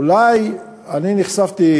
אולי אני נחשפתי,